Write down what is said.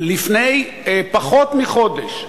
לפני פחות מחודש.